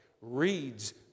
reads